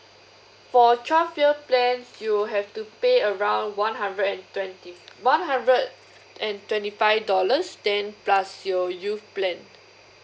for twelve year plan you'll have to pay around one hundred and twenty one hundred and twenty five dollars then plus your youth plan